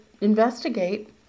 investigate